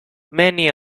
many